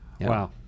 wow